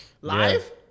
live